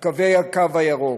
קווי הקו הירוק.